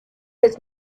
his